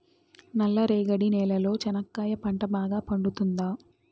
నల్ల రేగడి నేలలో చెనక్కాయ పంట బాగా పండుతుందా?